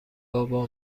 بابا